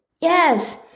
Yes